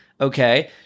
okay